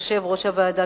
יושב-ראש הוועדה.